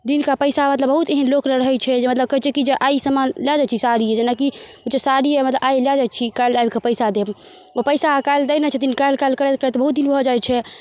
दिनका पैसा मतलब बहुत एहन लोक रहैत छै जे मतलब कहैत छै कि जे आइ सामान लए जाइत छी साड़ी जेनाकि जे साड़ी मतलब आइ लए जाइत छी काल्हि आबि कऽ पैसा देब ओ पैसा काल्हि दै नहि छथिन काल्हि काल्हि करैत करैत बहुत दिन भऽ जाइत छै